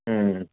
ہوں